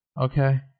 Okay